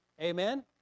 Amen